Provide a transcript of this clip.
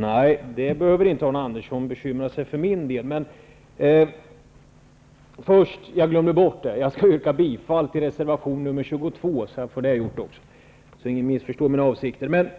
Herr talman! Nej, Arne Andersson behöver inte bekymra sig för min del. Jag glömde bort att yrka bifall till reservation nr 22, vilket jag nu gör så att ingen missförstår mina avsikter.